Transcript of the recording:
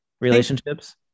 relationships